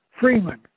Freeman